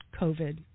covid